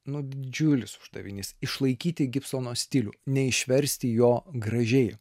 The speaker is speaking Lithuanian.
nu didžiulis uždavinys išlaikyti gibsono stilių neišversti jo gražiai